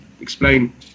explain